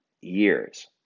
years